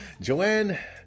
Joanne